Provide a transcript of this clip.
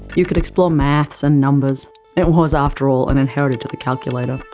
you could explore maths and numbers it was after all an inheritor to the calculator.